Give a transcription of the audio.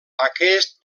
aquest